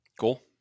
cool